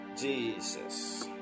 Jesus